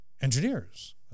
engineers